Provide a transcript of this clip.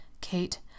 Kate